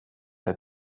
had